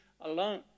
alone